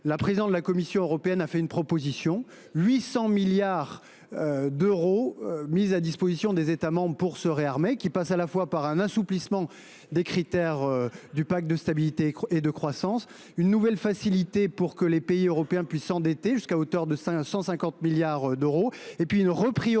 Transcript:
La présidente de la Commission européenne a fait une proposition : 800 milliards d’euros mis à disposition des États membres pour se réarmer. Cela passe à la fois par un assouplissement des critères du pacte de stabilité et de croissance, par une nouvelle facilité pour que les pays européens puissent s’endetter jusqu’à hauteur de 150 milliards d’euros, par une repriorisation